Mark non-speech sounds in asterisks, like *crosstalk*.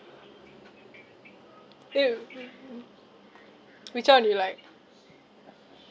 !eww! *noise* which one do you like